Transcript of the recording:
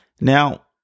Now